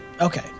Okay